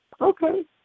Okay